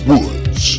Woods